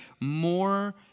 more